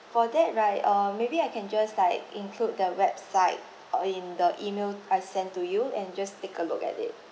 for that right uh maybe I can just like include the website uh in the email I send to you and just take a look at it